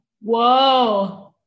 whoa